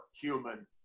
human